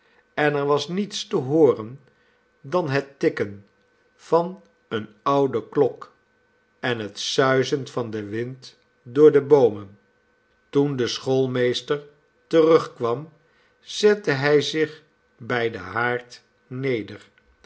en er was niets te hooren dan het tikken van eene oude klok en het suizen van den wind door de boomen toen de schoolmeester terugkwam zette hij zich bij den haard neder